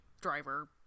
driver